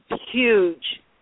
huge